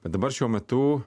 bet dabar šiuo metu